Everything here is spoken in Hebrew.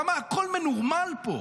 כמה הכול מנורמל פה?